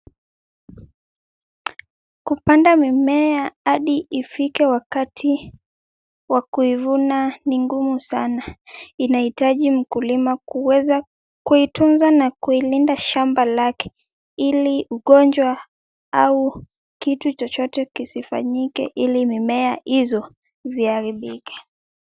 Kupanda mimea hadi ifike wakati wa kuivuna ni ngumu sana. Inahitaji mkulima kuweza kuitunza na kuilinda shamba lake, ili ugonjwa au kitu chochote kisifanyike ili mimea hizo ziharibike.